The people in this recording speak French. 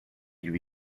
lui